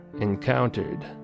encountered